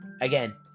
again